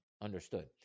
Understood